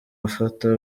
bafata